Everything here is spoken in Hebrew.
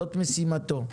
זאת משימתו.